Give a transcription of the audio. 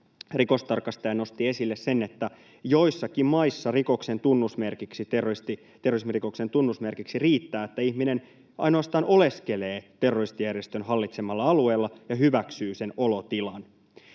rikostarkastaja nosti esille sen, että joissakin maissa terrorismirikoksen tunnusmerkiksi riittää, että ihminen ainoastaan oleskelee terroristijärjestön hallitsemalla alueella ja hyväksyy sen olotilan.